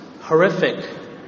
horrific